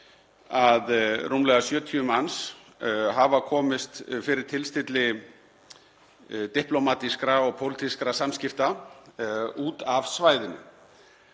að rúmlega 70 manns hafa komist fyrir tilstilli diplómatískra og pólitískra samskipta út af svæðinu.